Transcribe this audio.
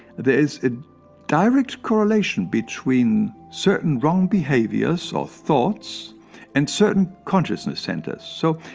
there is a direct correlation between certain wrong behaviors or thoughts and certain consciousness centers. so,